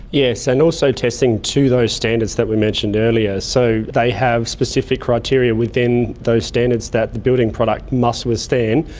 yes, and also testing to those standards that we mentioned earlier. so they have specific criteria within those standards that the building product must withstand,